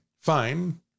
fine